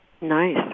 Nice